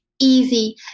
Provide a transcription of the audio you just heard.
easy